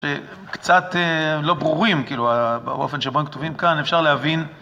קצת לא ברורים, כאילו, באופן שבו הנתונים כתובים כאן, אפשר להבין.